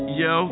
yo